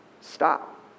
stop